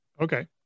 Okay